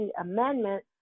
Amendment